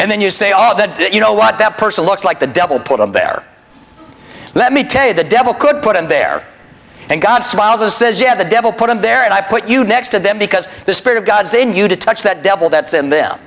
and then you say all that you know what that person looks like the devil put them there let me tell you the devil could put him there and god smiles and says yeah the devil put him there and i put you next to them because the spirit of god is in you to touch that devil that's in them